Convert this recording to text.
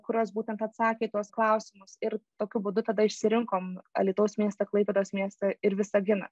kurios būtent atsakė į tuos klausimus ir tokiu būdu tada išsirinkom alytaus miestą klaipėdos miestą ir visaginą